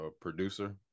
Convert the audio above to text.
producer